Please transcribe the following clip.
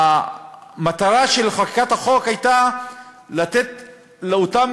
המטרה של חקיקת החוק הייתה לתת לאותם